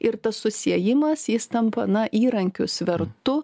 ir tas susiejimas jis tampa na įrankiu svertu